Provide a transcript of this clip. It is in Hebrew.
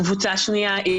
קבוצה שנייה היא